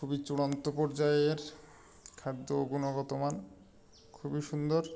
খুবই চূড়ান্ত পর্যায়ের খাদ্য গুণগত মান খুবই সুন্দর